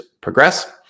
progress